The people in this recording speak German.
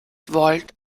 volt